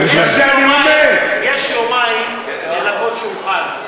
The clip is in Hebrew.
יש יומיים לנקות שולחן.